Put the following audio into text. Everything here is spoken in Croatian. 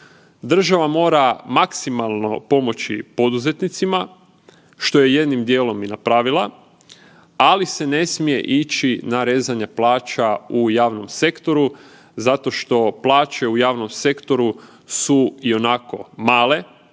Država mora maksimalno pomoći poduzetnicima, što je jednim dijelom i napravila, ali se ne smije ići na rezanje plaća u javnom sektoru zato što plaće u javnom sektoru su ionako male,